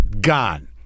gone